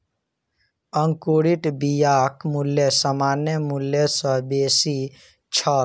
अंकुरित बियाक मूल्य सामान्य मूल्य सॅ बेसी छल